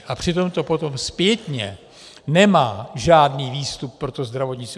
A přitom to potom zpětně nemá žádný výstup pro to zdravotnictví.